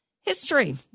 History